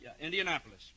Indianapolis